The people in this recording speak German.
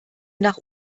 nach